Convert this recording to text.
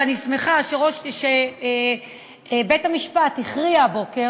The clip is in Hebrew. ואני שמחה שבית-המשפט הכריע הבוקר,